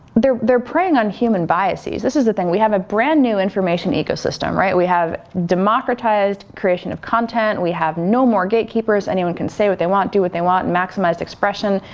they're they're preying on human biases. this is the thing, we have a brand new information ecosystem, right? we have democratized creation of content. we have no more gatekeepers. anyone can say what they want, do what they want, maximized expression,